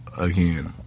again